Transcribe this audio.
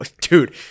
Dude